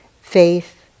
faith